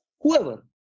whoever